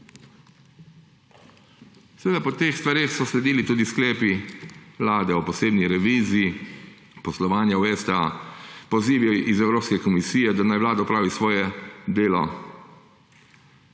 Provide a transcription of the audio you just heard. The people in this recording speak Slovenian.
Seveda po teh stvareh so sledili tudi sklepi vlade o posebni reviziji, poslovanje o STA, pozivi iz Evropske komisije, da naj vlada opravi svoje delo,